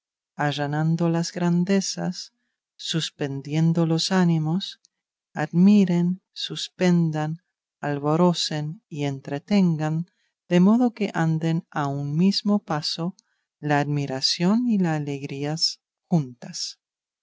allanando las grandezas suspendiendo los ánimos admiren suspendan alborocen y entretengan de modo que anden a un mismo paso la admiración y la alegría juntas